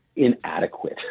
inadequate